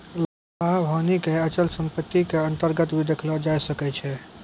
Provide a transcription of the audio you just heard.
लाभ हानि क अचल सम्पत्ति क अन्तर्गत भी देखलो जाय सकै छै